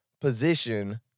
position